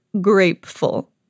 grateful